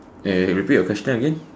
wait wait repeat your question again